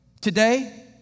today